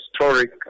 historic